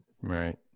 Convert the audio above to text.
Right